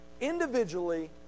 individually